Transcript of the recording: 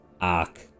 arc